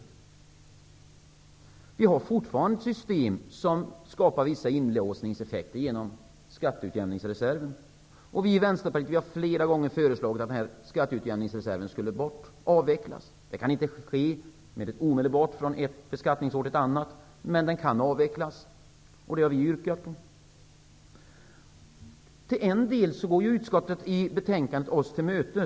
Systemet skapar fortfarande vissa inlåsningseffekter genom skatteutjämningsreserven. Vi i Vänsterpartiet har flera gånger föreslagit att denna skatteutjämningsreserv skall avvecklas. Det kan inte ske omedelbart från ett beskattningsår till ett annat. Men den kan avvecklas. Det har vi yrkat om. Till en del går utskottet oss till mötes i betänkandet.